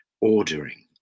ordering